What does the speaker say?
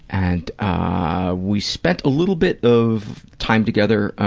and, ah, we spent a little bit of time together, ah,